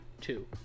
two